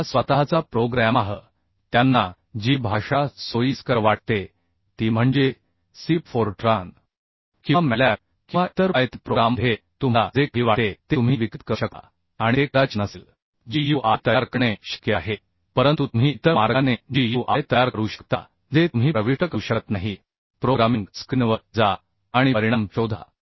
त्यांचा स्वतःचा प्रोग्रॅम आह त्यांना जी भाषा सोयीस्कर वाटते ती म्हणजे C फोरट्रान किंवा मॅटलॅब किंवा इतर पायथन प्रोग्राममध्ये तुम्हाला जे काही वाटते ते तुम्ही विकसित करू शकता आणि ते कदाचित नसेल GUI तयार करणे शक्य आहे परंतु तुम्ही इतर मार्गाने GUI तयार करू शकता जे तुम्ही प्रविष्ट करू शकत नाही प्रोग्रामिंग स्क्रीनवर जा आणि परिणाम शोधा